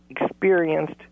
experienced